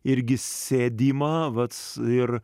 irgi sėdimą vat ir